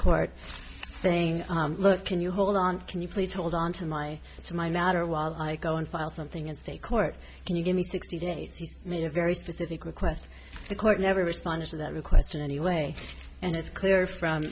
court saying look can you hold on can you please hold on to my it's my matter while i go and file something in state court can you give me sixty days he made a very specific request the court never responded to that request in any way and it's clear from